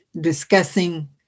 discussing